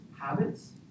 habits